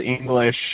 English